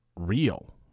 real